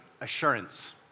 assurance